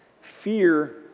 fear